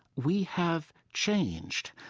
we have changed.